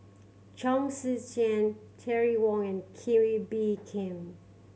Chong Tze Chien Terry Wong and Kee Wee Bee Khim